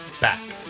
back